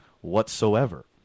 whatsoever